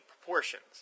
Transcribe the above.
proportions